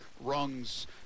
rungs